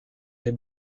les